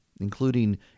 including